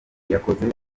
yakoze